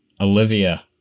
Olivia